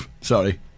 Sorry